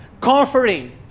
comforting